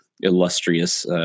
illustrious –